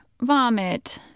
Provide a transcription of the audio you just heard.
vomit